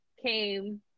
Came